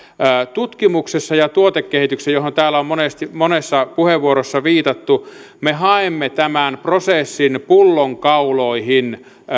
tutkimuksessa ja tuotekehityksessä johon täällä on monessa monessa puheenvuorossa viitattu me haemme tämän prosessin pullonkauloihin